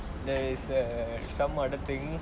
there is a some other things